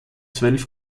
zwölf